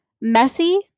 messy